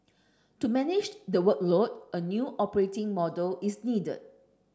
to manage the workload a new operating model is needed